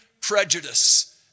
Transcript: prejudice